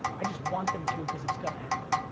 i just want them to cause it's gonna happen.